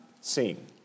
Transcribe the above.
seen